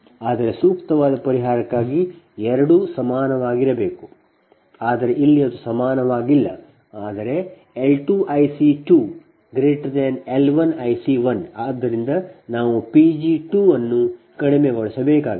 ಆದರೆ ಸೂಕ್ತವಾದ ಪರಿಹಾರಕ್ಕಾಗಿ ಎರಡೂ ಸಮಾನವಾಗಿರಬೇಕು ಆದರೆ ಇಲ್ಲಿ ಅದು ಸಮಾನವಾಗಿಲ್ಲ ಆದರೆ L 2 IC 2 L 1 IC 1 ಆದ್ದರಿಂದ ನಾವು P g2 ಅನ್ನು ಕಡಿಮೆಗೊಳಿಸಬೇಕಾಗಿದೆ